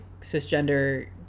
cisgender